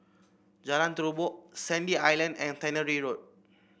Jalan Terubok Sandy Island and Tannery Road